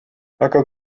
aga